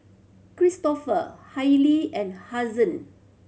Kristofer Hailie and Hazen